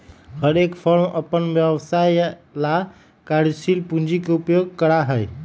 हर एक फर्म अपन व्यवसाय ला कार्यशील पूंजी के उपयोग करा हई